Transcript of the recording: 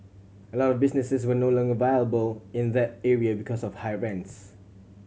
a lot of businesses were no longer viable in that area because of high rents